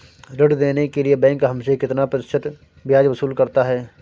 ऋण देने के लिए बैंक हमसे कितना प्रतिशत ब्याज वसूल करता है?